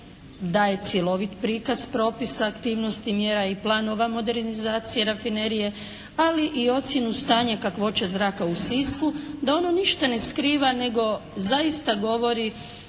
daje cjelovit prikaz propisa aktivnosti mjera i planova modernizacije rafinerije ali i ocjenu stanja kakvoće zraka u Sisku, da ono ništa ne skriva nego zaista govori